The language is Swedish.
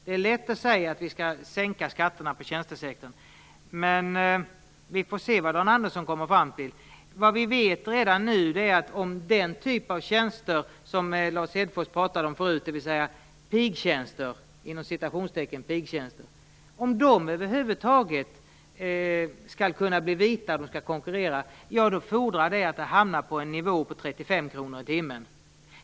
Det är lätt att säga att vi skall sänka skatterna inom tjänstesektorn, men vi får se vad Dan Andersson kommer fram till. Om den typ av tjänster som Lars Hedfors pratade om förut, dvs. "pigtjänster", över huvud taget skall kunna bli vita och konkurrera vet vi redan nu att det fordrar att lönerna hamnar på en nivå på 35 kr i timmen.